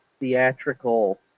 theatrical